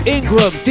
Ingram